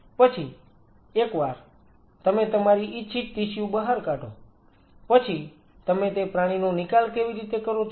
પછી એકવાર તમે તમારી ઈચ્છિત ટિશ્યુ બહાર કાઢો પછી તમે તે પ્રાણીનો નિકાલ કેવી રીતે કરો છો